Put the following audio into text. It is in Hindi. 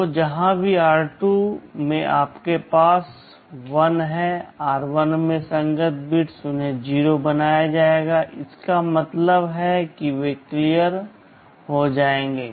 तो जहाँ भी r2 में आपके पास 1 हैं r1 में संगत बिट्स उन्हें 0 बनाया जाएगा इसका मतलब है कि वे क्लियर हो जाएंगे